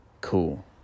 cool